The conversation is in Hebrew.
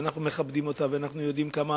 ואנחנו מכבדים אותה ואנחנו יודעים כמה